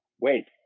wait